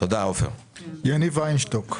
יניב וינשטוק.